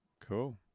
cool